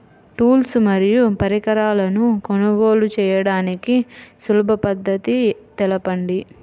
Tools మరియు పరికరాలను కొనుగోలు చేయడానికి సులభ పద్దతి తెలపండి?